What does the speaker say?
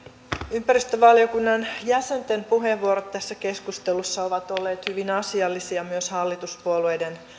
ympäristövaliokunnan jäsenten puheenvuorot tässä keskustelussa ovat olleet hyvin asiallisia myös hallituspuolueiden